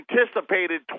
anticipated